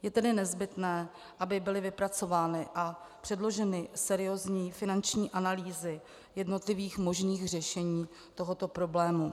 Je tedy nezbytné, aby byly vypracovány a předloženy seriózní finanční analýzy jednotlivých možných řešení tohoto problému.